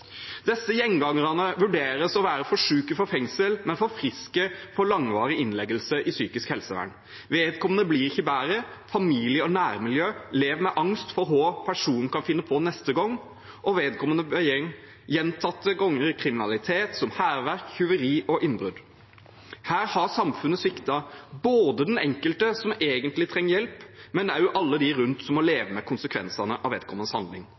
Disse gjengangerne vurderes å være for syke for fengsel, men for friske til langvarig innleggelse i psykisk helsevern. Vedkommende blir ikke bedre, familie og nærmiljø lever med angst for hva personen kan finne på neste gang, og vedkommende begår gjentatte ganger kriminalitet, som hærverk, tyveri og innbrudd. Her har samfunnet sviktet den enkelte, som egentlig trenger hjelp, men også alle de rundt som må leve med konsekvensene av